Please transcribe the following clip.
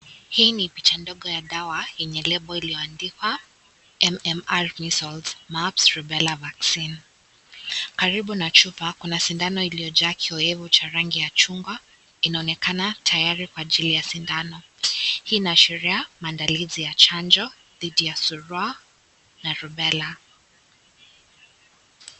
Hii ni picha ndogo ya dawa yenye lebu iliyoandikwa " MMR Measles, Mumps Rubella vaccine ". Karibu na chupa kuna sindano iliyojaa kiowevu cha rangi ya Chungwa, inaonekana tayari kuwachilia sindano. Hii inaashiria maandalizi ya chanjo dhidi ya surua na Rubella.